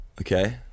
Okay